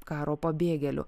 karo pabėgėlių